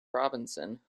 robinson